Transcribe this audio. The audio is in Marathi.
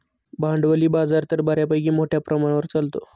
भांडवली बाजार तर बऱ्यापैकी मोठ्या प्रमाणावर चालतो